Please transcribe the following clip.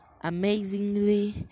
amazingly